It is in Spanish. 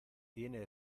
tiene